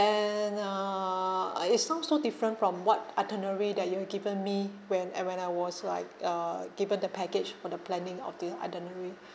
and uh ah it sounds so different from what itinerary that you've given me when and when I was like uh given the package for the planning of this itinerary